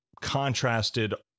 contrasted